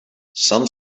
some